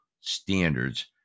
standards